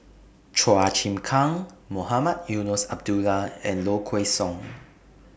Chua Chim Kang Mohamed Eunos Abdullah and Low Kway Song